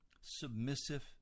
submissive